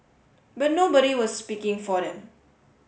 but nobody was speaking for them